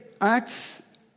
Acts